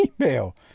email